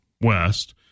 West